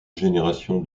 génération